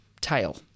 tail